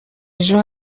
ejo